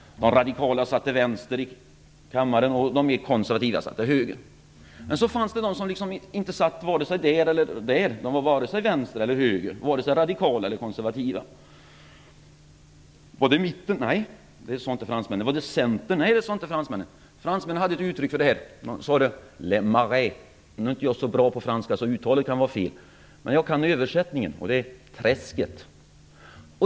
De radikala satt till vänster i kammaren och de mer konservativa satt till höger. Men så fanns det de som inte satt vare sig till vänster eller höger, de vare sig radikala eller konservativa. Var det då mitten? Nej, det sade inte fransmännen. Var det centern? Nej, så sade man inte heller. Fransmännen hade ett uttryck för detta: le marais. Jag är inte så bra på franska, så uttalet kanske var fel. Men jag kan översättningen. Le marais betyder träsket.